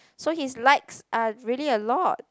so his likes are really a lot